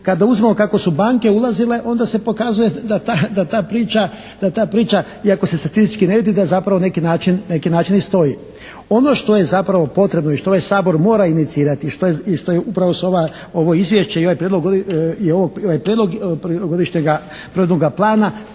Kada uzmemo kako su banke ulazile onda se pokazuje da ta priča iako se statistički ne vidi da zapravo neki način i stoji. Ono što je zapravo potrebno i što ovaj Sabor mora inicirati i što je upravo su ova, ovo Izvješće i ovaj Prijedlog godišnjega provedbenoga plana